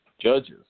Judges